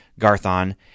Garthon